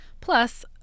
Plus